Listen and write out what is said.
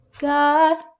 God